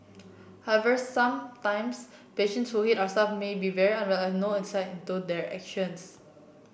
however sometimes patients who hit our staff may be very unwell and no insight into their actions